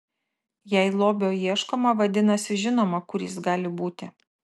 jei lobio ieškoma vadinasi žinoma kur jis gali būti